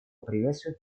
приветствует